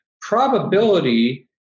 probability